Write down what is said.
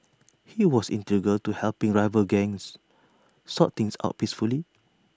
he was integral to helping rival gangs sort things out peacefully